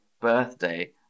birthday